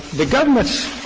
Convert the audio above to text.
the government's